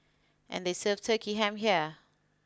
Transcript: and they serve Turkey Ham here